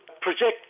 project